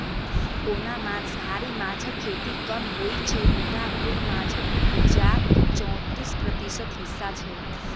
ओना मांसाहारी माछक खेती कम होइ छै मुदा कुल माछक उपजाक चौतीस प्रतिशत हिस्सा छै